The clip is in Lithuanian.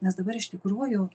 nes dabar iš tikrųjų